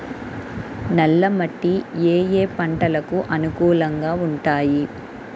నల్ల మట్టి ఏ ఏ పంటలకు అనుకూలంగా ఉంటాయి?